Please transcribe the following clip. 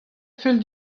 fell